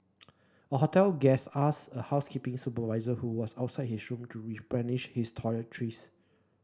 a hotel guest asked a housekeeping supervisor who was outside his room to replenish his toiletries